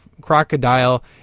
crocodile